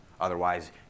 Otherwise